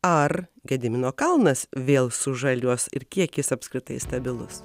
ar gedimino kalnas vėl sužaliuos ir kiek jis apskritai stabilus